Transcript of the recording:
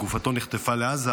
גופתו נחטפה לעזה,